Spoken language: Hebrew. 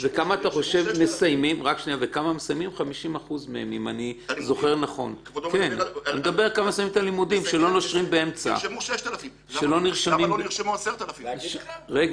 נרשמו 6,000. מעטים.